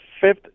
fifth